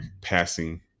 passing